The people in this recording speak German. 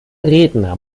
redner